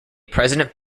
president